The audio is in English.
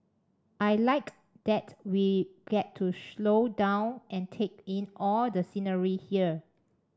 I like that we get to slow down and take in all the scenery here